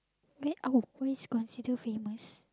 where always consider famous